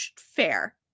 fair